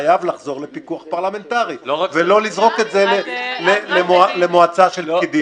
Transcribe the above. חייב לחזור לפיקוח פרלמנטרי ולא לזרוק את זה למועצה של פקידים.